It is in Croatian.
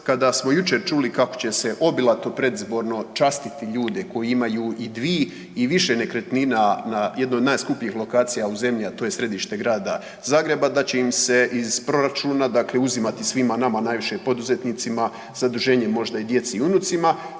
kada smo jučer čuli kako će se obilato predizborno častiti ljude koji imaju i dvije ili više nekretnina na jednoj od najskupljih lokacija u zemlji, a to je središte Grada Zagreba da će im se iz proračuna, uzimati svima nama, a najviše poduzetnicima zaduženje, možda i djeci i unucima,